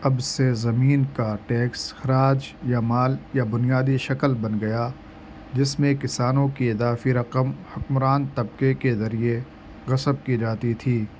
اب سے زمین کا ٹیکس خراج یا مال یا بنیادی شکل بن گیا جس میں کسانوں کی اضافی رقم حکمران طبقے کے ذریعے غصب کی جاتی تھی